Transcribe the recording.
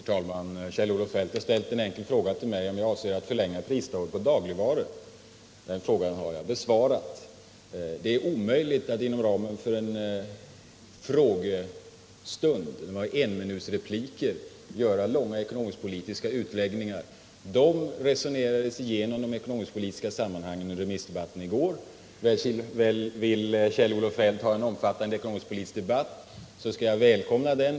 Herr talman! Kjell-Olof Feldt har ställt en enkel fråga till mig, om jag avser att förlänga prisstoppet på dagligvaror. Den frågan har jag besvarat. Det är omöjligt att inom ramen för en frågestund med några enminutsrepliker göra långa ekonomisk-politiska utläggningar. De ekonomisk-politiska sammanhangen resonerades igenom under remissdebatten i går. Vill Kjell-Olof Feldt ha en omfattande ekonomisk-politisk debatt, skall jag välkomna en sådan.